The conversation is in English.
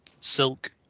silk